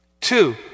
Two